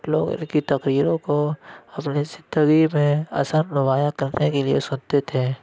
لوگ اِن کی تقریروں کو اپنی زندگی میں اثر نمایاں کرنے کے لیے سُنتے تھے